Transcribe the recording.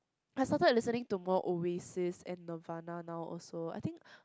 I started listening to more Oasis and Nirvana now also I think